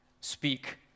speak